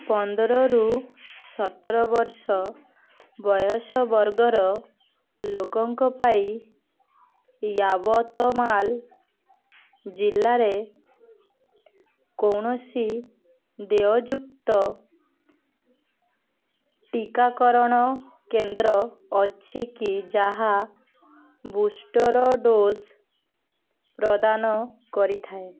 ପନ୍ଦରରୁ ସତର ବର୍ଷ ବୟସ ବର୍ଗର ଲୋକଙ୍କ ପାଇଁ ୟାବତମାଲ୍ ଜିଲ୍ଲାରେ କୌଣସି ଦେୟଯୁକ୍ତ ଟିକାକରଣ କେନ୍ଦ୍ର ଅଛି କି ଯାହା ବୁଷ୍ଟର୍ ଡୋଜ୍ ପ୍ରଦାନ କରିଥାଏ